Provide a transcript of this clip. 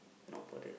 not bothered